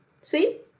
see